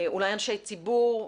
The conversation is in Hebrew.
אולי אנשי ציבור,